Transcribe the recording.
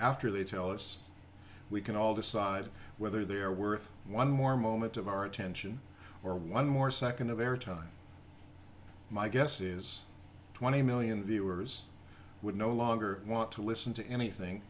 after they tell us we can all decide whether they're worth one more moment of our attention or one more second of air time my guess is twenty million viewers would no longer want to listen to anything